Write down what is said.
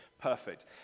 perfect